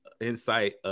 insight